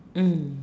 mm